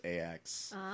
AX